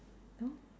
no